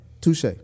Touche